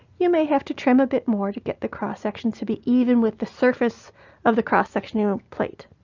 you may have to trim a bit more to get the cross-sections to be even with the surface of the cross-sectioning plate,